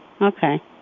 Okay